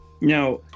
Now